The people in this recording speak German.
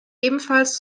ebenfalls